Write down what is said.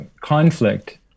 conflict